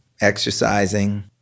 Exercising